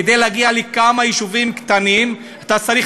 כדי להגיע לכמה יישובים קטנים אתה צריך